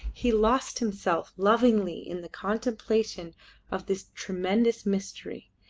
he lost himself lovingly in the contemplation of this tremendous mystery,